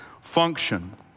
function